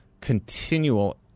continual